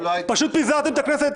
פשוט פיזרתם את הכנסת,